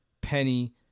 Penny